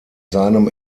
seinem